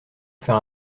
faire